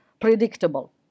Predictable